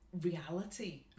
reality